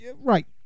Right